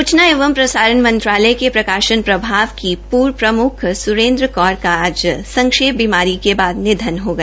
सुचना एवं प्रसारण मंत्रालय के प्रकाशन प्रभाग की पूर्व प्रमुख सुरिंदर बौर का आज संक्षेप बीमारी के बाद निधन हो गया